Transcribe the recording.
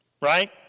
right